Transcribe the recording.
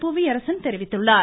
புவியரசன் தெரிவித்துள்ளார்